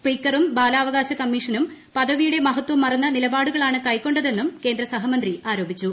സ്പീക്കറും ബാലാവകാശ കമ്മീഷനും പദവിയുടെ മഹത്വം മറന്ന നിലപാടുകളാണ് കൈക്കൊണ്ടതെന്നും കേന്ദ്ര സഹമന്ത്രി ആരോപിച്ചു